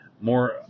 more